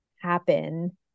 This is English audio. happen